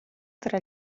tra